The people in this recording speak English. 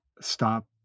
stop